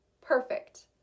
perfect